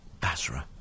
Basra